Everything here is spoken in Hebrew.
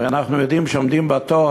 הרי אנחנו יודעים שעומדים בתור,